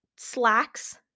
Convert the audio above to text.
slacks